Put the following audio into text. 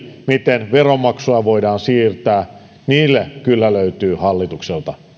miten veronmaksua voidaan siirtää löytyy hallitukselta